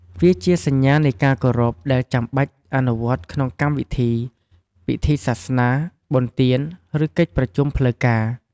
វាជាសញ្ញានៃការគោរព ដែលចាំបាច់អនុវត្តក្នុងកម្មវិធី ពិធីសាសនា បុណ្យទាន ឬកិច្ចប្រជុំផ្លូវការ។